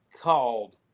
called